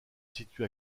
situe